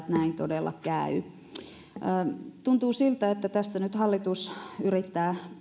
näin todella käy tuntuu siltä että nyt hallitus yrittää